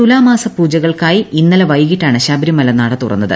തുലാമാസ പൂജകൾക്കായി ഇന്നലെ വൈകിട്ടാണ് ശബരിമല നട തുറന്നത്